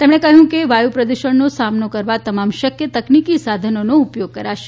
તેમણે કહ્યું કે વાયુ પ્રદૃષણનો સામનો કરવા તમામ શક્ય તકનીકી સાધનોના ઉપયોગ કરાશે